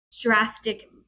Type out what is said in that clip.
drastic